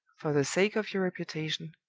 for the sake of your reputation,